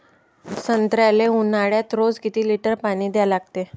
संत्र्याले ऊन्हाळ्यात रोज किती लीटर पानी द्या लागते?